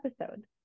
episode